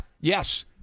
Yes